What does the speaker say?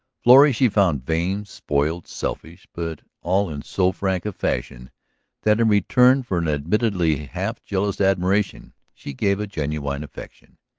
florrie she found vain, spoiled, selfish, but all in so frank a fashion that in return for an admittedly half-jealous admiration she gave a genuine affection.